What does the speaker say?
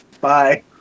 Bye